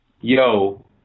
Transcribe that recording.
Yo